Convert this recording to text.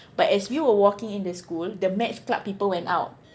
but as we were walking in the school the maths club people went out